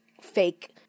fake